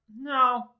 no